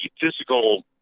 physical